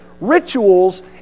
rituals